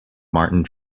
martin